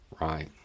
Right